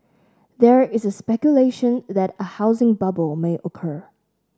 there is speculation that a housing bubble may occur